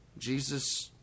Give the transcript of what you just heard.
Jesus